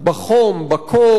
בחום, בקור,